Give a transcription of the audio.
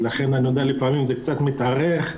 אני יודע שלפעמים זה קצת מתארך,